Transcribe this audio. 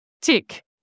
Tick